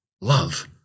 love